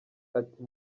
ati